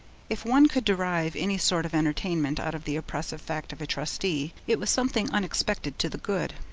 if one could derive any sort of entertainment out of the oppressive fact of a trustee, it was something unexpected to the good.